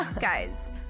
guys